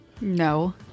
No